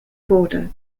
border